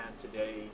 today